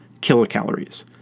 kilocalories